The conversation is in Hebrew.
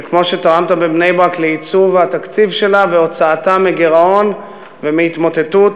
וכמו שתרמת בבני-ברק לעיצוב התקציב שלה והוצאתה מגירעון ומהתמוטטות,